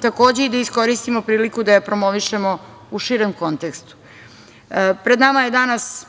takođe da iskoristimo priliku da je promovišemo u širem kontekstu. Pred nama je danas,